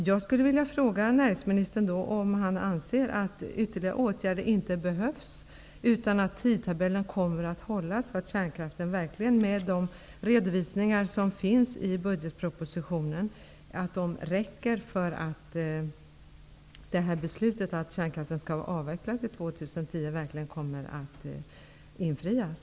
Jag skulle vilja fråga näringsministern om han anser att ytterligare åtgärder inte behövs, utan att tidtabellen kommer att hållas så att de redovisningar som finns i budgetpropositionen räcker för att beslutet att kärnkraften skall vara avvecklad till 2010 verkligen kommer att infrias.